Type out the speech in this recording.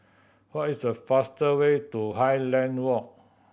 what is the faster way to Highland Walk